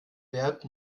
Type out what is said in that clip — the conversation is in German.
wert